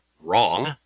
Wrong